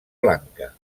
blanca